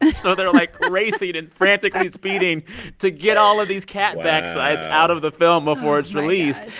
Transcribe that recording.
and so they're, like, racing and frantically speeding to get all of these cat backsides out of the film before it's released.